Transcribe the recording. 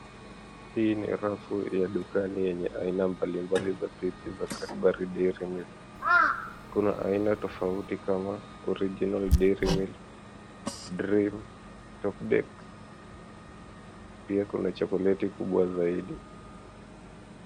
Hii ni rafu ya dukani yenye aina mbalimbali vya pipi za Cadbury Dairy Milk. Kuna aina tofauti kama Original Dairy Milk, Drim, Top Deck na pia kuna chokoleti kubwa zaidi.